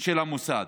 של המוסד.